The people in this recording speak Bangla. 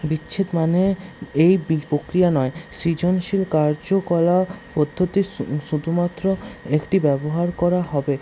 মানে এই প্রক্রিয়া নয় সৃজনশীল কার্যকলাপ পদ্ধতি শু শুধুমাত্র একটি ব্যবহার করা হবে